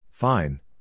Fine